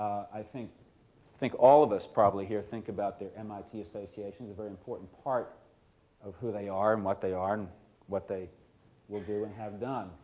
i think think all of us probably here think about their mit association as a very important part of who they are and what they are, and what they will do and have done.